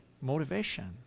motivation